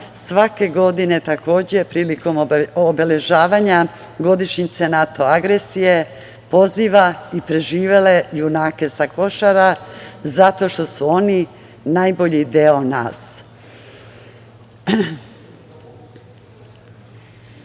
svake godine, takođe, prilikom obeležavanja godišnjice NATO agresije poziva i preživele junake sa Košara, jer su oni najbolji deo